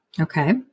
Okay